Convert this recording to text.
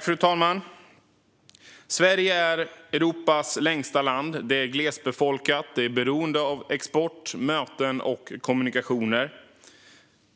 Fru talman! Sverige är Europas längsta land. Det är glesbefolkat och är beroende av export, möten och kommunikationer.